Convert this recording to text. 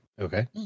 Okay